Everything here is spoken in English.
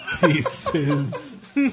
pieces